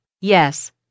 Yes